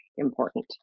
important